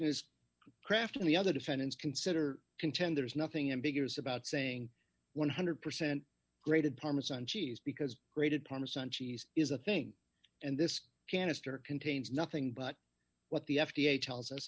is kraft and the other defendants consider contend there is nothing ambiguous about saying one hundred percent grated parmesan cheese because grated parmesan cheese is a thing and this canister contains nothing but what the f d a tells us